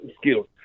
skills